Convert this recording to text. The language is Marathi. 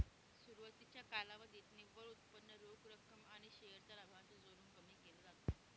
सुरवातीच्या कालावधीत निव्वळ उत्पन्न रोख रक्कम आणि शेअर चा लाभांश जोडून कमी केल जात